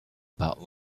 about